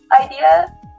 idea